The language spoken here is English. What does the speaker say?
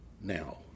now